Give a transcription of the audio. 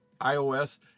IOS